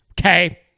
Okay